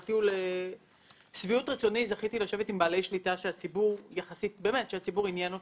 לשמחתי או לשביעות רצוני זכיתי לשבת עם בעלי שליטה שהציבור עניין אותם,